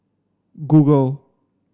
google